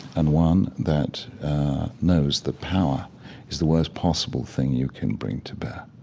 and one that knows that power is the worst possible thing you can bring to bear.